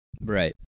Right